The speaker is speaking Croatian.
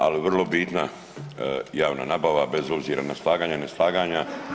Ali vrlo bitna javna nabava bez obzira na slaganja, neslaganja.